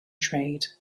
trade